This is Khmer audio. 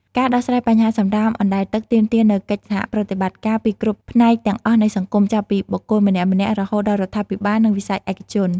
ការដោះស្រាយបញ្ហាសំរាមអណ្តែតទឹកទាមទារនូវកិច្ចសហប្រតិបត្តិការពីគ្រប់ផ្នែកទាំងអស់នៃសង្គម ចាប់ពីបុគ្គលម្នាក់ៗ រហូតដល់រដ្ឋាភិបាល និងវិស័យឯកជន។